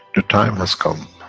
the time has come,